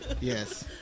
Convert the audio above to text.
Yes